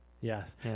Yes